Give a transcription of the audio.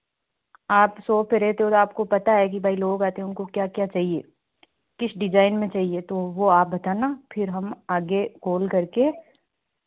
आप शॉप पर रहते हो तो आपको पता है कि भाई लोग आते हैं उनको क्या क्या चाहिए किस डिजाइन में चाहिए तो वह आप बताना फिर हम आगे कॉल करके